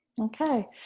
Okay